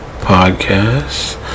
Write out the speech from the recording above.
Podcast